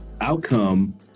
outcome